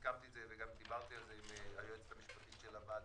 סיכמתי את זה וגם דיברתי על זה עם היועצת המשפטית של הוועדה,